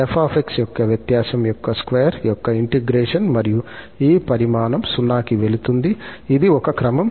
𝑓 𝑥 యొక్క వ్యత్యాసం యొక్క స్క్వేర్ యొక్క ఇంటిగ్రేషన్ మరియు ఈ పరిమాణం 0 కి వెళుతుంది ఇది ఒక క్రమం